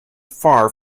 far